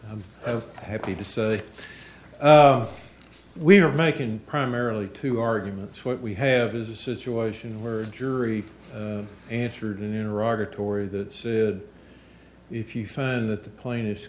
as happy to say we are making primarily two arguments what we have is a situation where a jury answered in iraq or tory that said if you find that the plaintiff